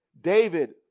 David